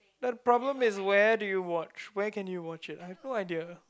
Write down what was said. that problem is where do you watch where can you watch it I have no idea